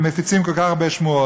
שמפיצים כל כך הרבה שמועות.